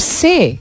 say